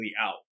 out